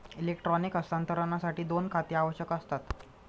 electronic हस्तांतरणासाठी दोन खाती आवश्यक असतात